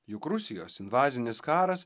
juk rusijos invazinis karas